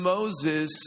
Moses